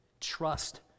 Trust